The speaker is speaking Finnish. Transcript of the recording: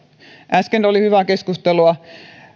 äsken oli hyvää keskustelua